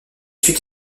suite